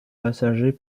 passagers